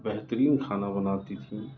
بہترین کھانا بناتی تھیں